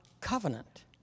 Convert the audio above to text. covenant